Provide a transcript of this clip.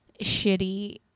shitty